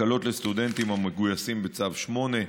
הקלות לסטודנטים המגויסים בצו 8,